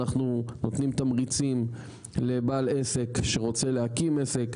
אנחנו נותנים תמריצים לבעל עסק שרוצה להקים עסק,